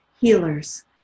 healers